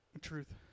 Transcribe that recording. Truth